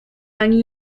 ani